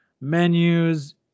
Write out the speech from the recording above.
menus